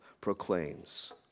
proclaims